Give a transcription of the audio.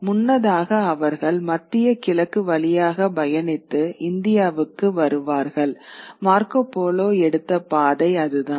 முன்னதாக அவர்கள் மத்திய கிழக்கு வழியாக பயணித்து இந்தியாவுக்கு வருவார்கள் மார்கோ போலோஎடுத்த பாதை அதுதான்